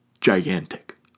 gigantic